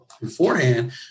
beforehand